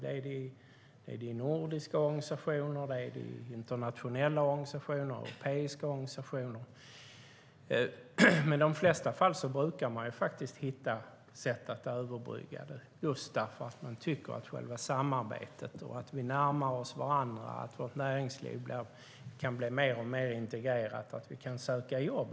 Det är det i nordiska organisationer, i internationella organisationer och i europeiska organisationer. Men i de flesta fall brukar man hitta sätt att överbrygga problemen, just därför att man tycker att själva samarbetet är viktigt, att vi kan närma oss varandra, att vårt näringsliv kan bli mer och mer integrerat och att vi kan söka jobb.